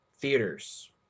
theaters